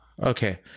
Okay